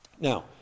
Now